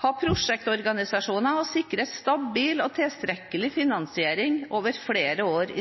ha prosjektorganisasjoner og sikre stabil og tilstrekkelig finansiering over flere år